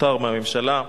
פוטר מהממשלה,